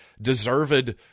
deserved